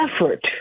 effort